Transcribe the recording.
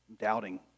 Doubting